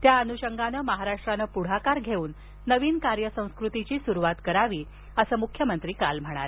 त्या अन्षंगाने महाराष्ट्राने पुढाकार घेऊन नवीन कार्यसंस्कृतीची स्रुवात करावी असं मुख्यमंत्री काल म्हणाले